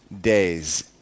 days